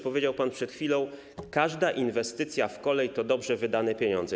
Powiedział pan przed chwilą: każda inwestycja w kolej to dobrze wydane pieniądze.